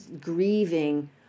grieving